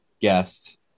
guest